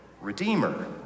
Redeemer